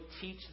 teach